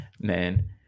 Man